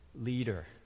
leader